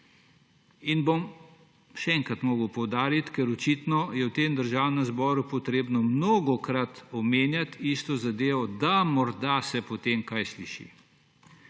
piše. Še enkrat bom moral poudariti, ker je očitno v tem državnem zboru potrebno mnogokrat omenjati isto zadevo, da se morda potem kaj sliši.